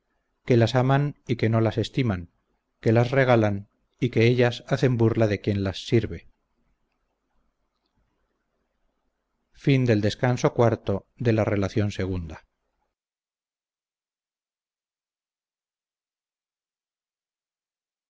que las aman y que no las estiman que las regalan y que ellas hacen burla de quien las sirve